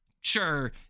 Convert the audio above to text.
sure